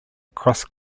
cross